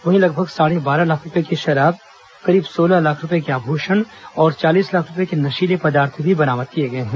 वहीं लगभग साढ़े बारह लाख रूपए की शराब करीब सोलह लाख रूपये के आभूषण और चालीस लाख रूपये के नशीले पदार्थ भी बरामद किए गए हैं